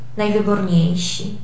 najwyborniejsi